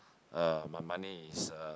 uh my money is uh